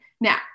Now